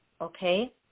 okay